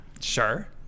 Sure